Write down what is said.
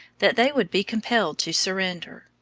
that they would be compelled to surrender.